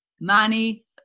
Money